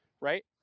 right